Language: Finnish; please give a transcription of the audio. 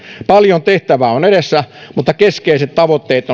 paljon tehtävää on vielä edessä mutta keskeiset tavoitteet